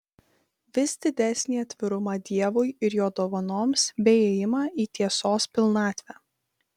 vis didesnį atvirumą dievui ir jo dovanoms bei ėjimą į tiesos pilnatvę